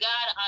God